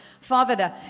Father